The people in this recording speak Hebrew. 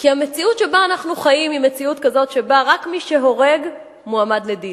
כי המציאות שבה אנחנו חיים היא מציאות כזאת שרק מי שהורג מועמד לדין.